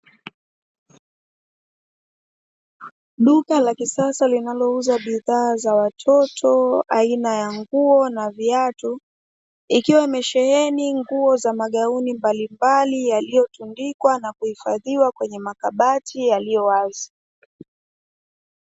Duka la kisasa linalouza bidhaa za watoto, aina ya nguo na viatu, ikiwa imesheheni nguo za magauni mbalimbali, yaliyotundikwa na kuhifadhiwa kwenye makabati yaliyowazi.